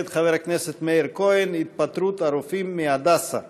מאת חבר הכנסת מאיר כהן: התפטרות הרופאים מהדסה.